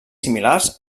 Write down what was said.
similars